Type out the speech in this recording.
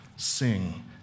sing